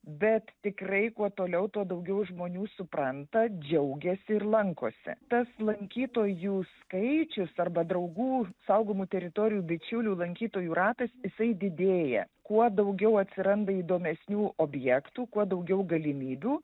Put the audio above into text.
bet tikrai kuo toliau tuo daugiau žmonių supranta džiaugiasi ir lankosi tas lankytojų skaičius arba draugų saugomų teritorijų bičiulių lankytojų ratas jisai didėja kuo daugiau atsiranda įdomesnių objektų kuo daugiau galimybių